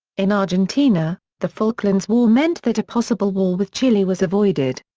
in argentina, the falklands war meant that a possible war with chile was avoided.